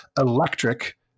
electric